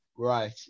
Right